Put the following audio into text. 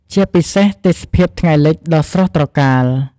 ជាពិសេសទេសភាពថ្ងៃលិចដ៏ស្រស់ត្រកាល។